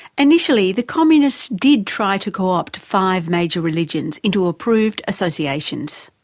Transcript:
initially the communists did try to co-opt five major religions into approved associations.